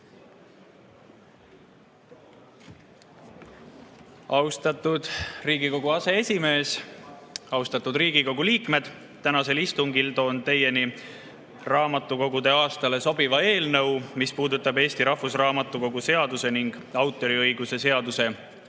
Austatud Riigikogu aseesimees! Austatud Riigikogu liikmed! Tänasel istungil toon teieni raamatukogude aastale sobiva eelnõu, mis puudutab Eesti Rahvusraamatukogu seaduse ning autoriõiguse seaduse